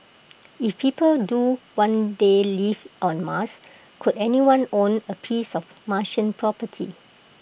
if people do one day live on Mars could anyone own A piece of Martian property